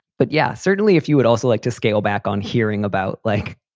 but, yes, certainly if you would also like to scale back on hearing about, like,